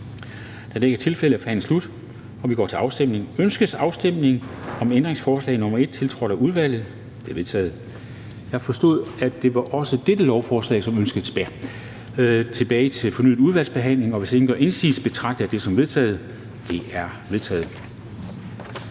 Afstemning Formanden (Henrik Dam Kristensen): Ønskes afstemning om ændringsforslag nr. 1, tiltrådt af udvalget? Det er vedtaget. Jeg forstod, at det også var dette lovforslag, som man ønskede tilbage til fornyet udvalgsbehandling. Hvis ingen gør indsigelse, betragter jeg det som vedtaget. Det er vedtaget.